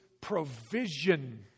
provision